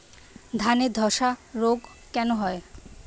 ধানে ধসা রোগ কেন হয়?